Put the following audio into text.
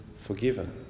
forgiven